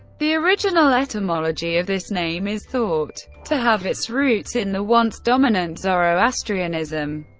the original etymology of this name is thought to have its roots in the once-dominant zoroastrianism.